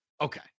Okay